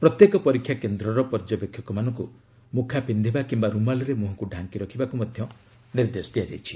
ପ୍ରତ୍ୟେକ ପରୀକ୍ଷା କେନ୍ଦ୍ରର ପର୍ଯ୍ୟବେକ୍ଷକମାନଙ୍କୁ ମୁଖା ପିନ୍ଧିବା କିମ୍ବା ରୁମାଲରେ ମୁହଁକୁ ଡାଙ୍କି ରଖିବାକୁ ମଧ୍ୟ ନିର୍ଦ୍ଦେଶ ଦିଆଯାଇଛି